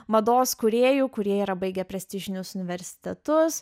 mados kūrėjų kurie yra baigę prestižinius universitetus